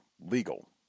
legal